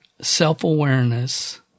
self-awareness